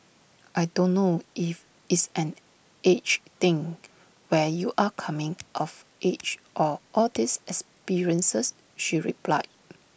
I don't know if it's an age thing where you're coming of age or all these experiences she replied